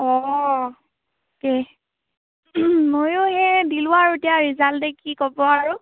অ তাকে মইও সেই দিলোঁ আৰু দিয়া ৰিজাল্টে কি ক'ব আৰু